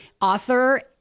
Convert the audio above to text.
author